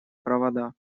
провода